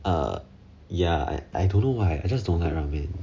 uh ya I don't know why I just don't like ramen